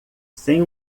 sem